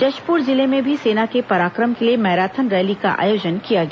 जशपुर जिले में भी सेना के पराक्रम के लिए मैराथन रैली का आयोजन किया गया